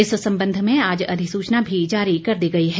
इस संबंध में आज अधिसूचना भी जारी कर दी गई है